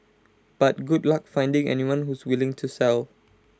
but good luck finding anyone who's willing to sell